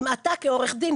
אם אתה כעורך דין,